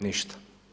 Ništa.